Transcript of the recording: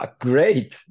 great